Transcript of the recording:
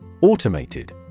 Automated